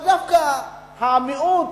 דווקא המיעוט,